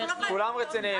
כולם רציניים.